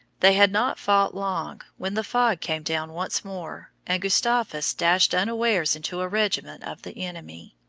they had not fought long when the fog came down once more, and gustavus dashed unawares into a regiment of the enemy.